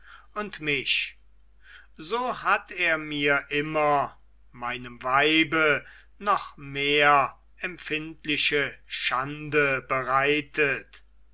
und mich so hat er mir immer meinem weibe noch mehr empfindliche schande bereitet